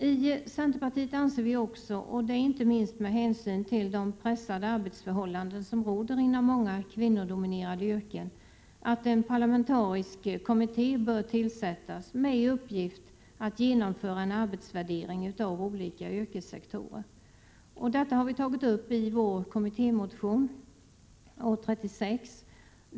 I centerpartiet anser vi också, inte minst med hänsyn till de pressade arbetsförhållandena inom många kvinnodominerade yrken, att en parlamentarisk kommitté bör tillsättas med uppgift att genomföra en arbetsvärdering av olika yrkessektorer. Detta har vi tagit upp i vår kommittémotion A36.